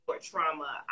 trauma